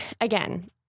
again